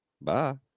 Bye